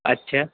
اچھا